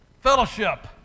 fellowship